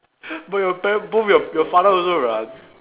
but your pa~ both your your father also run